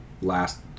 last